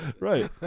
right